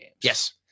Yes